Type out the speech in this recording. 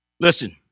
Listen